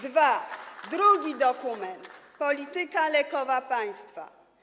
Drugi dokument: polityka lekowa państwa.